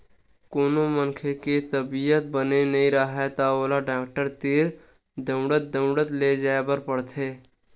कोनो मनखे के तबीयत बने नइ राहय त ओला डॉक्टर तीर दउड़ दउड़ के जाय बर पड़थे